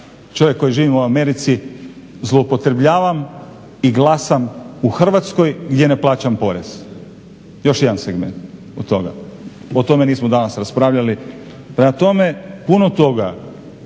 čovjek koji živim u Americi zloupotrebljavam i glasam u Hrvatskoj gdje ne plaćam porez." Još jedan od toga, o tome nismo danas raspravljali. Prema tome puno toga